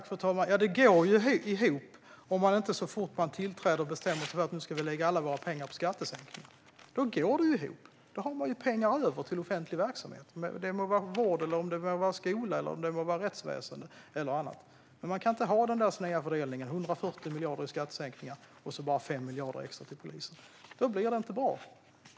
Fru talman! Det går ihop om man inte så fort man tillträder bestämmer sig för att lägga alla pengar på skattesänkningar. Då går det ihop, för då har man pengar över till offentlig verksamhet såsom vård, skola, rättsväsen eller annat. Man kan inte ha den sneda föredelningen med 140 miljarder i skattesänkningar och bara 5 miljarder till polisen. Då blir det inte bra.